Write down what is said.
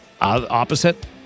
opposite